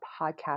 podcast